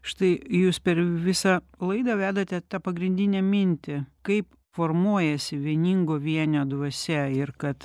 štai jūs per visą laidą vedate tą pagrindinę mintį kaip formuojasi vieningo vienio dvasia ir kad